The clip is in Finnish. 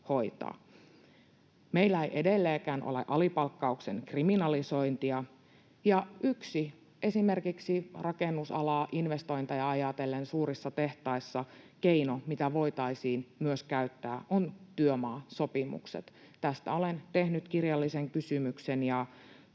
Meillä ei edelleenkään ole alipalkkauksen kriminalisointia, ja esimerkiksi rakennusalaa, investointeja ajatellen suurissa tehtaissa yksi keino, mitä voitaisiin myös käyttää, on työmaasopimukset. Tästä olen tehnyt kirjallisen kysymyksen,